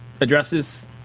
addresses